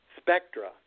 Spectra